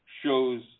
shows